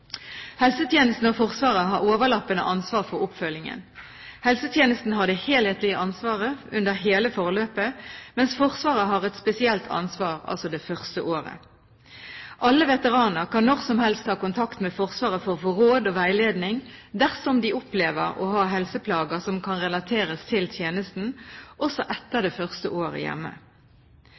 Helsetjenesten og Forsvaret har overlappende ansvar for oppfølgingen. Helsetjenesten har det helhetlige ansvaret under hele forløpet, mens Forsvaret har et spesielt ansvar det første året. Alle veteraner kan når som helst ta kontakt med Forsvaret for å få råd og veiledning dersom de opplever å ha helseplager som kan relateres til tjenesten, også etter det første året